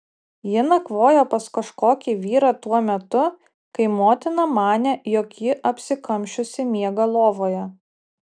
ji nakvojo pas kažkokį vyrą tuo metu kai motina manė jog ji apsikamšiusi miega lovoje